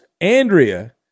Andrea